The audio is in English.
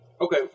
Okay